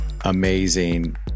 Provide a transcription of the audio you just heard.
amazing